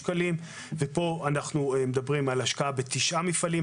ופה אנחנו מדברים על השקעה בתשעה מפעלים.